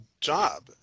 job